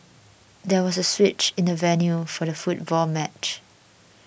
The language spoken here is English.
there was a switch in the venue for the football match